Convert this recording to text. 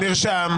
זה נרשם.